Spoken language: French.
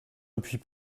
depuis